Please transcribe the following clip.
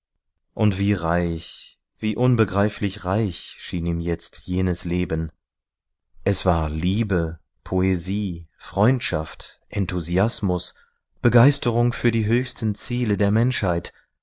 und wie reich wie unbegreiflich reich schien ihm jetzt jenes leben es war liebe poesie freundschaft enthusiasmus begeisterung für die höchsten ziele der menschheit